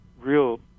real